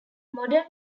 modern